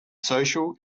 social